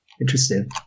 interesting